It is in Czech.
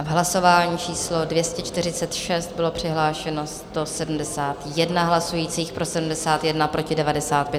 Hlasování číslo 246, přihlášeno 171 hlasujících, pro 71, proti 95.